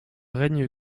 règne